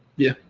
yeah.